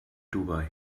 dubai